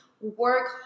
work